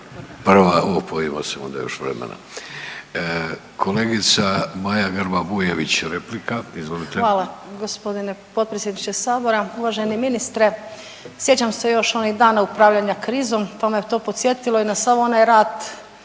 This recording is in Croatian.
razumije/…onda još vremena. Kolegica Maja Grba Bujević replika, izvolite. **Grba-Bujević, Maja (HDZ)** Hvala g. potpredsjedniče sabora. Uvaženi ministre, sjećam se još onih dana upravljanja krizom, to me je na to podsjetilo i na sav onaj rad